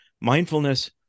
Mindfulness